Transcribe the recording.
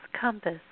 compass